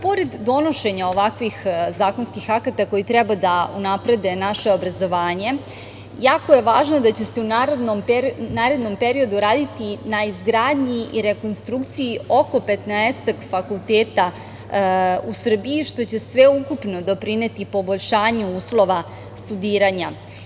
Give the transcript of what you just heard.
Pored donošenja ovakvih zakonskih akata koji treba da unaprede naše obrazovanje jako je važno da će se u narednom periodu raditi i na izgradnji i rekonstrukciji oko 15 fakulteta u Srbiji, što će sveukupno doprineti poboljšanju uslova studiranja.